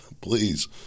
Please